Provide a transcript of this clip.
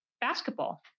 basketball